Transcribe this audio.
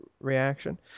reaction